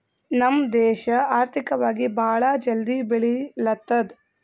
ನಮ್ ದೇಶ ಆರ್ಥಿಕವಾಗಿ ಭಾಳ ಜಲ್ದಿ ಬೆಳಿಲತ್ತದ್